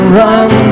run